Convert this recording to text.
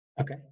Okay